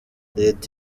leta